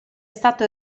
stato